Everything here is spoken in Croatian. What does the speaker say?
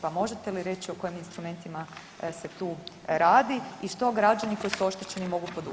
Pa možete li reći o kojim instrumentima se tu radi i što građani koji su oštećeni mogu poduzeti.